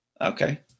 Okay